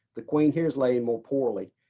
the queen here's laying more poorly.